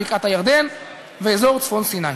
בקעת-הירדן ואזור צפון סיני.